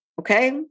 Okay